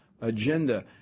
agenda